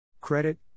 Credit